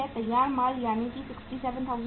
तैयार माल यानी 67500